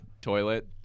toilet